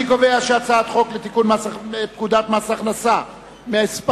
חוק לתיקון פקודת מס הכנסה (מס'